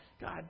God